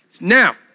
now